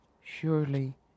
Surely